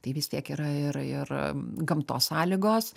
tai vis tiek yra ir ir gamtos sąlygos